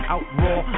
Outlaw